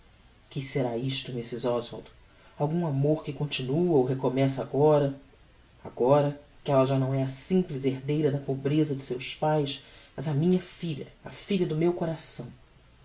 que será isto mrs oswald algum amor que continua ou recomeça agora agora que ella já não é a simples herdeira da pobreza de seus pais mas a minha filha a filha do meu coração